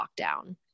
lockdown